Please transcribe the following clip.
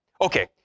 Okay